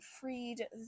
freed